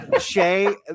shay